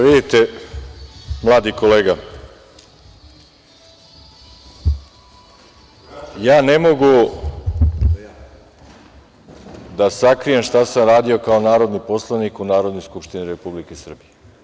Vidite, mladi kolega, ja ne mogu da sakrijem šta sam radio kao narodni poslanik u Narodnoj skupštini Republike Srbije.